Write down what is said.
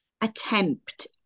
attempt